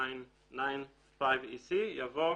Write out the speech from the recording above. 1999/5/EC יבוא